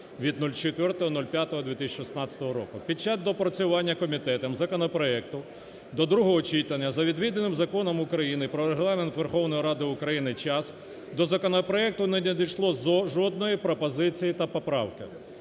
від 04.05.2016 року). Під час доопрацювання комітетом законопроекту до другого читання за відведеним Законом України "Про Регламент Верховної Ради України" час до законопроекту не надійшло жодної пропозиції та поправки.